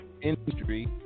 industry